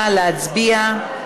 נא להצביע.